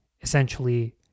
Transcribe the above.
Essentially